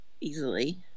easily